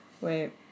Wait